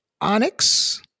Onyx